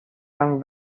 from